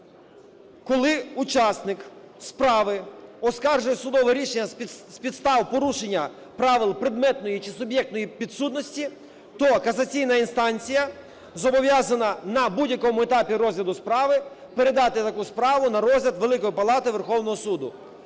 коли учасник справи оскаржує судове рішення з підстав порушення правил предметної чи суб'єктної підсудності, то касаційна інстанція зобов'язана на будь-якому етапі розгляду справи передати таку справу на розгляд Великої Палати Верховного Суду.